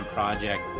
Project